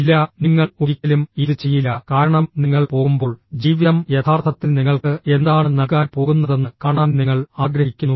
ഇല്ല നിങ്ങൾ ഒരിക്കലും ഇത് ചെയ്യില്ല കാരണം നിങ്ങൾ പോകുമ്പോൾ ജീവിതം യഥാർത്ഥത്തിൽ നിങ്ങൾക്ക് എന്താണ് നൽകാൻ പോകുന്നതെന്ന് കാണാൻ നിങ്ങൾ ആഗ്രഹിക്കുന്നു